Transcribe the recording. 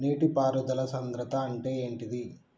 నీటి పారుదల సంద్రతా అంటే ఏంటిది?